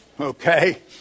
Okay